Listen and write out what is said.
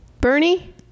Bernie